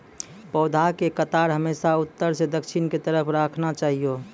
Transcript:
पौधा के कतार हमेशा उत्तर सं दक्षिण के तरफ राखना चाहियो